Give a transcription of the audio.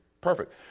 Perfect